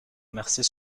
remercier